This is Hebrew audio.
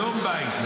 שלום בית.